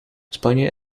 spanje